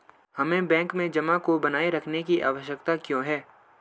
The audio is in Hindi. हमें बैंक में जमा को बनाए रखने की आवश्यकता क्यों है?